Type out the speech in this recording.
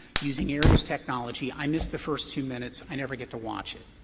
using aereo's technology, i missed the first two minutes, i never get to watch it.